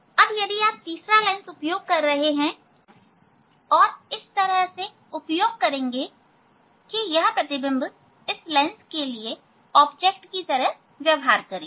अब आप तीसरा लेंस उपयोग कर रहे हैं और इस तरह से उपयोग करेंगे कि यह प्रतिबिंब इस लेंस के लिए वस्तु की तरह व्यवहार करें